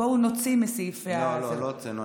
בואו נוציא מסעיף, לא, לא הוצאנו.